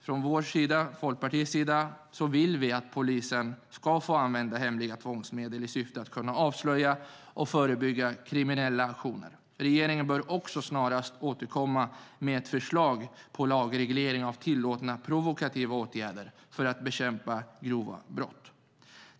Från Folkpartiets sida vill vi att polisen ska få använda hemliga tvångsmedel i syfte att kunna avslöja och förebygga kriminella aktioner. Regeringen bör också snarast återkomma med ett förslag på lagreglering av tillåtna provokativa åtgärder för att bekämpa grova brott.